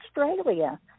Australia